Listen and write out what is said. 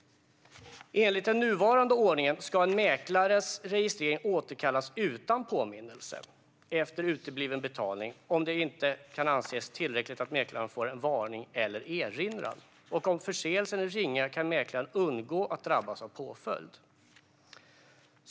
Enligt den nuvarande ordningen ska en mäklares registrering återkallas utan påminnelse efter utebliven betalning om det inte kan anses tillräckligt att mäklaren får en varning eller erinran. Om förseelsen är ringa kan mäklaren undgå att drabbas av påföljd.